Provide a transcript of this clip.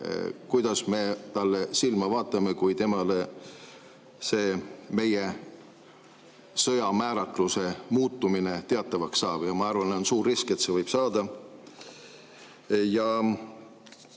kuidas me talle silma vaatame, kui temale see meie sõjamääratluse muutumine teatavaks saab. Ja ma arvan, et see on suur risk, et see võib saada.